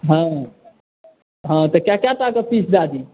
हँ हँ तऽ कए कएटा के पीस दए दी